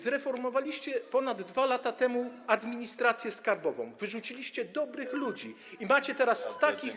Zreformowaliście ponad 2 lata temu administrację skarbową, wyrzuciliście dobrych ludzi i macie teraz takich.